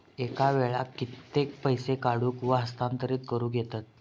एका वेळाक कित्के पैसे काढूक व हस्तांतरित करूक येतत?